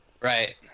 Right